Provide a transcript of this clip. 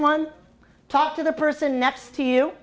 one talk to the person next to you